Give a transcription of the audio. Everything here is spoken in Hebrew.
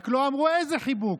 רק לא אמרו איזה חיבוק.